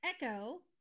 Echo